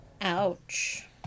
Ouch